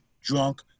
drunk